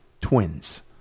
twins